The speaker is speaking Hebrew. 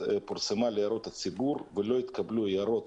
פורסמה להערות הציבור ולא נתקבלו הערות.